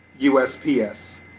USPS